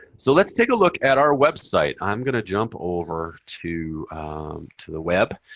so let's take a look at our website. i'm going to jump over to to the web.